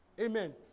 Amen